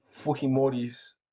Fujimori's